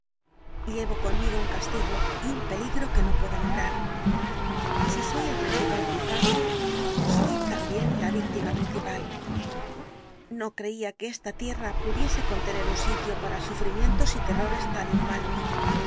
llevo conmigo un castigo y un peligro que no puedo nombrar si soy el principal culpable soy también la víctima principal no creía que esta tierra pudiese contener un sitio para sufrimientos y terrores tan inhumanos